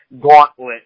gauntlet